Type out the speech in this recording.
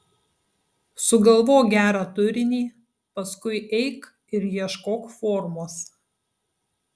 sugalvok gerą turinį paskui eik ir ieškok formos